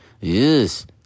yes